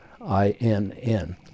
I-N-N